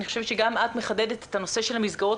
אני חושבת שגם את מחדדת את הנושא של המסגרות